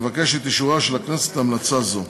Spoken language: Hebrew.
אבקש את אישורה של הכנסת להמלצה זו.